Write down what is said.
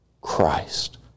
Christ